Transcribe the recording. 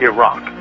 Iraq